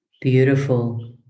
Beautiful